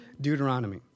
Deuteronomy